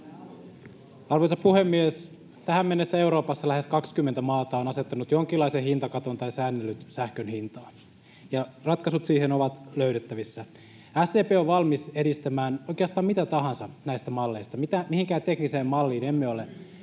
Arvoisa puhemies! Tähän mennessä Euroopassa lähes 20 maata on asettanut jonkinlaisen hintakaton tai säännellyt sähkön hintaa, ja ratkaisut siihen ovat löydettävissä. SDP on valmis edistämään oikeastaan mitä tahansa näistä malleista. [Perussuomalaisten